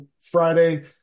friday